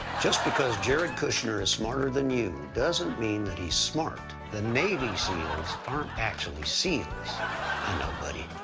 just because jared kushner is smarter than you, doesn't mean that he's smart. the navy seals aren't actually seals. i know buddy.